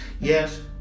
Yes